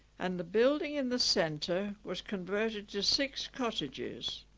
and the building in the centre was converted to six cottages